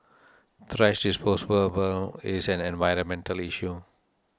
thrash is an environmental issue